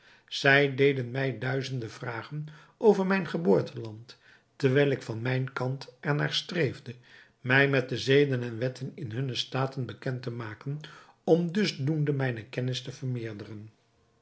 zij deden mij duizenden vragen over mijn geboorteland terwijl ik van mijn kant er naar streefde mij met de zeden en wetten in hunne staten bekend te maken om dusdoende mijne kennis te vermeerderen